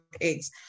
eggs